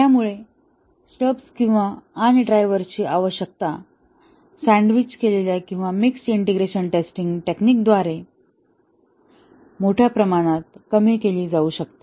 यामुळे स्टब्स आणि ड्रायव्हर्सची आवश्यकता सँडविच केलेल्या इंटिग्रेशन टेस्टिंग टेक्निक द्वारे मोठ्या प्रमाणात कमी केली जाऊ शकते